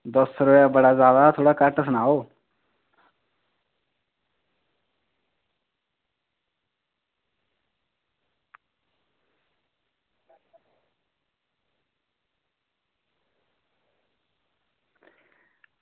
दो सौ रपेआ बड़ा जादा थोह्ड़ा घट्ट सनाओ